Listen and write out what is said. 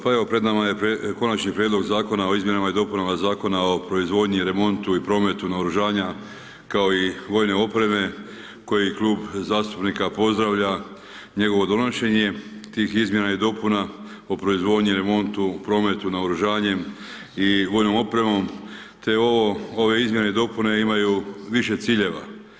Pa evo pred nama je Konačnije prijedlog zakona o izmjenama i dopunama Zakona o proizvodnju, remontu i prometu naoružanja kao i vojne opreme, koji klub zastupnika pozdravlja njegovo donošenje, tih izmjena i dopuna o proizvodnji, remontu i prometu naoružanjem i vojnom opremom te ove izmjene i dopune imaju više ciljeva.